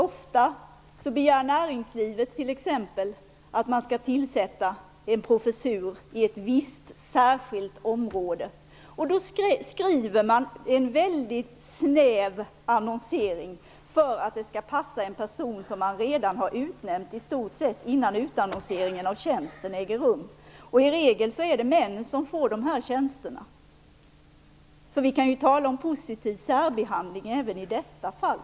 Ofta begär t.ex. näringslivet att en professur skall tillsättas inom ett visst område. Då skriver man en väldigt snäv annons för att det skall passa en person som man i stort sett redan har utsett. I regel är det män som får dessa tjänster. Vi kan alltså tala om positiv särbehandling även i detta fall.